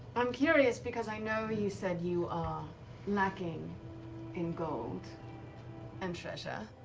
i'm curious because i know you said you are lacking in gold and treasure.